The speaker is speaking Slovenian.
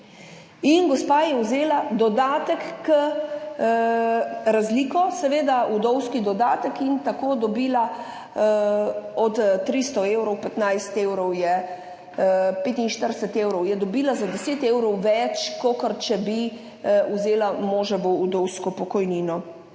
In gospa je vzela dodatek k razliko seveda, vdovski dodatek in tako dobila od 300 evrov 15 evrov, je 45 evrov, je dobila za 10 evrov več, kakor če bi vzela moževo vdovsko pokojnino.